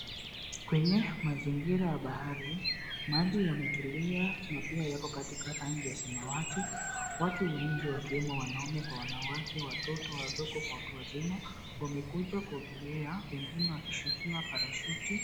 Kwenye mazingira ya bahari, maji yametulia na pia yako katika rangi ya samawati. Watu wengi wakiwemo wanaume kwa wanawake, watoto wadogo kwa watu wazima wamekuja kuogelea, wengine wakishukia parashuti.